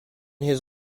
his